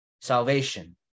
salvation